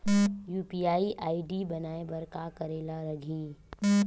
UPI ID बनाये बर का करे ल लगही?